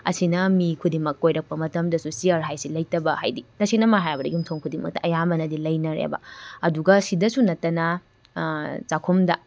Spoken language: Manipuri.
ꯑꯁꯤꯅ ꯃꯤ ꯈꯨꯗꯤꯡꯃꯛ ꯀꯣꯏꯔꯛꯄ ꯃꯇꯝꯗꯁꯨ ꯆꯤꯌꯔ ꯍꯥꯏꯁꯤ ꯂꯩꯇꯕ ꯍꯥꯏꯗꯤ ꯇꯁꯦꯡꯅꯃꯛ ꯍꯥꯏꯔꯕꯗꯤ ꯌꯨꯝꯊꯣꯡ ꯈꯨꯗꯤꯡꯃꯛꯇ ꯑꯌꯥꯝꯕꯅꯗꯤ ꯂꯩꯅꯔꯦꯕ ꯑꯗꯨꯒ ꯁꯤꯗꯁꯨ ꯅꯠꯇꯅ ꯆꯥꯛꯈꯨꯝꯗ